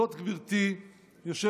זאת, גברתי היושבת-ראש,